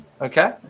Okay